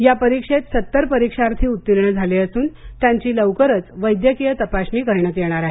या परीक्षेत सत्तर परीक्षार्थी उत्तीर्ण झाले असून त्यांची लवकरच वैद्यकीय चाचणी घेण्यात येणार आहे